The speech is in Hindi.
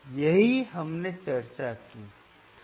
यही हमने चर्चा की